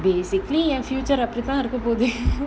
basically என்:en future அப்பிடி தான் இருக்க போது:apidi thaan iruka pothu